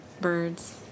birds